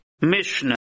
Mishnah